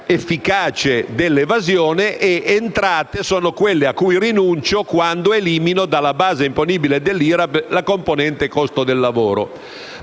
efficace all'evasione e entrate sono quelle a cui rinuncio quando elimino, dalla base imponibile dell'IRAP, la componente "costo del lavoro".